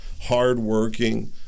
hardworking